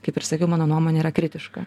kaip ir sakiau mano nuomonė yra kritiška